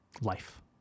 Life